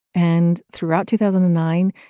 and throughout two thousand and nine,